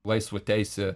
laisvą teisę